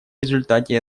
результате